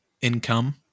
income